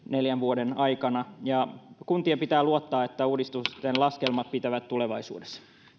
neljän vuoden aikana ja kuntien pitää luottaa että uudistusten laskelmat pitävät tulevaisuudessa